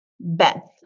Beth